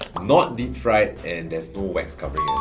not deep fried, and there is no wax covering